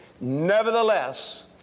Nevertheless